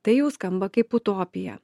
tai jau skamba kaip utopija